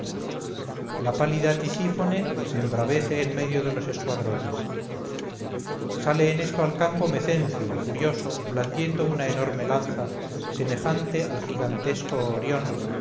la pálida tisífone se embravece en medio de los escuadrones sale en esto al campo mecencio furioso blandiendo una enorme lanza semejante al gigantesco orión